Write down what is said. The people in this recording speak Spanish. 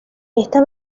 esta